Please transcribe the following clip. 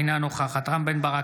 אינה נוכחת רם בן ברק,